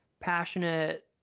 passionate